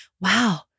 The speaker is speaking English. wow